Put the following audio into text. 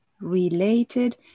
related